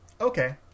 okay